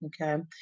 okay